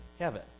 heaven